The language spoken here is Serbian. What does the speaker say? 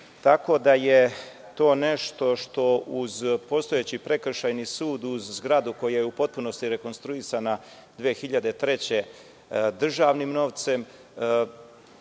tako da je to nešto što uz postojeći prekšajni sud, uz zgradu koja je u potpunosti rekonstruisana 2003. godine državnim novcem,